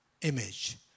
image